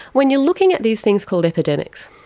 when you are looking at these things called epidemics,